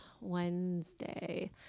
Wednesday